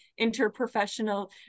interprofessional